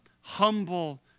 humble